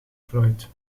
floyd